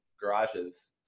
garages